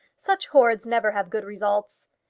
such hoards never have good results.